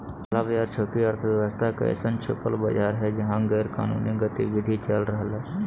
काला बाज़ार छुपी अर्थव्यवस्था के अइसन छुपल बाज़ार हइ जहा गैरकानूनी गतिविधि चल रहलय